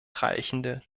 reichende